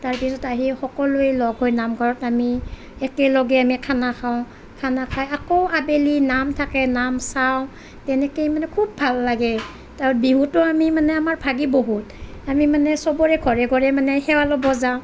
তাৰপিছত আহি সকলোৱে লগ হৈ নামঘৰত আমি একেলগে আমি খানা খাওঁ খানা খাই আকৌ আবেলি নাম থাকে নাম চাওঁ তেনেকেই মানে খুব ভাল লাগে বিহুতো আমি মানে আমাৰ ভাগি বহুত আমি মানে চবৰে ঘৰে ঘৰে মানে সেৱা ল'ব যাওঁ